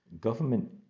Government